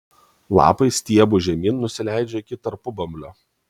lapai stiebu žemyn nusileidžia iki tarpubamblio